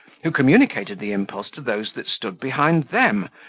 who communicated the impulse to those that stood behind them,